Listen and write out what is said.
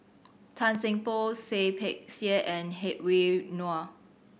Tan Seng Poh Seah Peck Seah and Hedwig Anuar